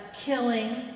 killing